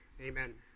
amen